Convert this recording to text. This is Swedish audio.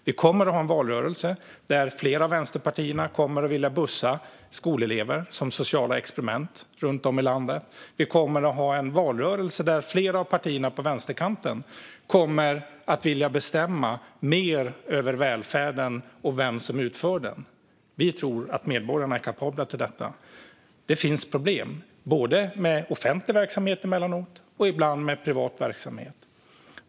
Vi kommer att ha en valrörelse där flera av vänsterpartierna kommer att vilja bussa skolelever som sociala experiment runt om i landet. Vi kommer att ha en valrörelse där flera av partierna på vänsterkanten kommer att vilja bestämma mer över välfärden och vem som utför den. Vi tror att medborgarna är kapabla till detta. Det finns problem både med offentlig verksamhet och med privat verksamhet emellanåt.